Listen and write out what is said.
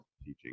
teaching